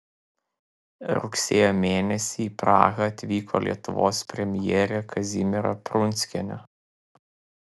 rugsėjo mėnesį į prahą atvyko lietuvos premjerė kazimiera prunskienė